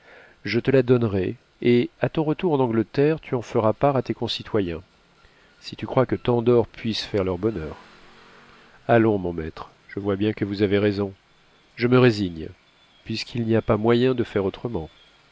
je te la donnerai et à ton retour en angleterre tu en feras part à tes concitoyens si tu crois que tant d'or puisse faire leur bonheur allons mon maître je vois bien que vous avez raison je me résigne puisqu'il n'y a pas moyen de faire autrement